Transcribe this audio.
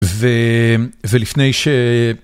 ו... מ לפני ש...